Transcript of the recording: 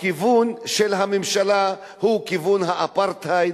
הכיוון של הממשלה הוא כיוון האפרטהייד,